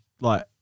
like-